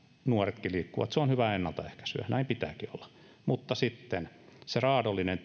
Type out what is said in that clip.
nuoretkin liikkuvat se on hyvää ennaltaehkäisyä näin pitääkin olla mutta sitten siihen raadolliseen